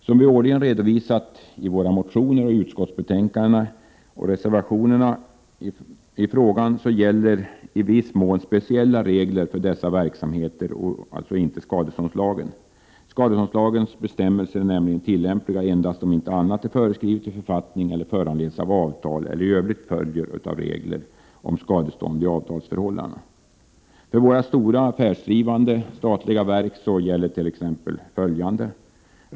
Som vi årligen har redovisat i våra motioner och även i utskottsbetänkandena och reservationerna i frågan gäller i viss mån speciella regler för dessa verksamheter och således inte skadeståndslagen. Skadeståndslagens bestämmelser är nämligen tillämpliga endast om inte annat är föreskrivet i författning eller föranleds av avtal eller i övrigt följer av regler om skadestånd i avtalsförhållanden. För våra stora affärsdrivande statliga verk gäller t.ex. följande bestämmelser.